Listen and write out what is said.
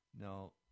Now